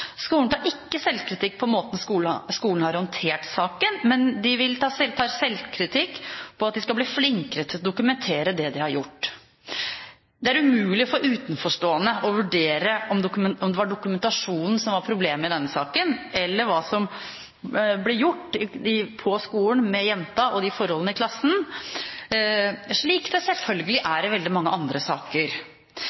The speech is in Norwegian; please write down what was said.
Skolen tar ikke selvkritikk på måten skolen har håndtert saken, men de tar selvkritikk på at de skal bli flinkere til å dokumentere det de har gjort. Det er umulig for utenforstående å vurdere om det var dokumentasjonen som var problemet i denne saken, eller hva som ble gjort på skolen med jenta og forholdene i klassen – slik det selvfølgelig